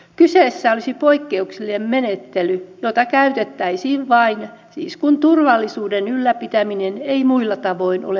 kyseessä olisi poikkeuksellinen menettely jota siis käytettäisiin vain kun turvallisuuden ylläpitäminen ei muilla tavoin ole mahdollista